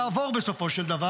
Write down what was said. הוא יעבור בסופו של דבר.